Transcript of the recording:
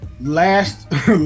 last